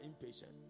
impatient